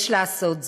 יש לעשות זאת,